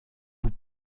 vous